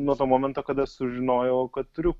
nuo to momento kada sužinojau kad turiu